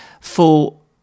full